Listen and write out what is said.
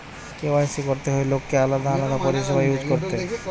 KYC করতে হয় লোককে আলাদা আলাদা পরিষেবা ইউজ করতে